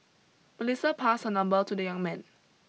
Melissa passed her number to the young man